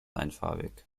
einfarbig